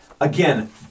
Again